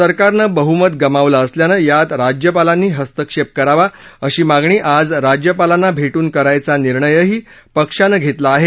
सरकारनं बहुमत गमावलं असल्यानं यात राज्यपालांनी हस्तक्षेप करावा अशी मागणी आज राज्यपालांना भेटून करायचा निर्णयही पक्षानं घेतला आहे